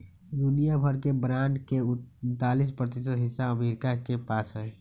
दुनिया भर के बांड के उन्तालीस प्रतिशत हिस्सा अमरीका के पास हई